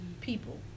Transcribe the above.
people